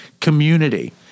community